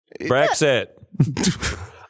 Brexit